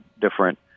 different